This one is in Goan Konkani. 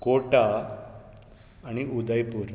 कोटा आनी उदयपूर